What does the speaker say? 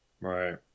Right